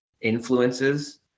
influences